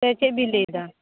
ᱥᱮ ᱪᱮᱫ ᱵᱤᱱ ᱞᱟᱹᱭ ᱮᱫᱟ